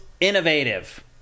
innovative